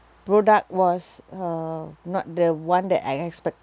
product was uh not the one that I expected